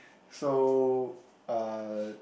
so uh